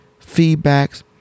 feedbacks